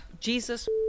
Jesus